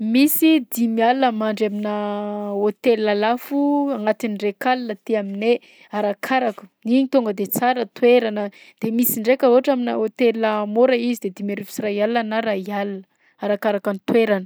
Misy dimy alina mandry aminà hôtel lafo agnatin'ny raika alina aty aminay. Arakaraka, iny tonga de tsara toerana; de misy ndraika ohatra aminà hôtela mora izy de dimy arivo sy iray alina na ray alina arakaraka ny toerana.